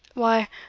why,